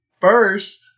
first